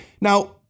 Now